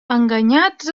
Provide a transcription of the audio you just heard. enganyats